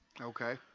Okay